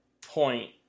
point